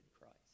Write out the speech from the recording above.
Christ